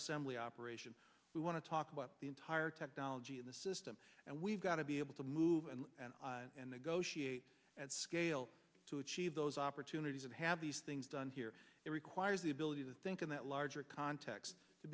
assembly operation we want to talk about the entire technology in the system and we've got to be able to move and and and the goshi eight at scale to achieve those opportunities and have these things done here it requires the ability to think in that larger context to